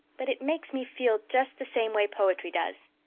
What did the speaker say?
but it makes me feel just the same way poetry does.